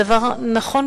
הדבר נכון